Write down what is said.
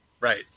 Right